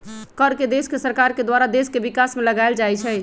कर के देश के सरकार के द्वारा देश के विकास में लगाएल जाइ छइ